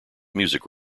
music